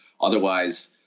otherwise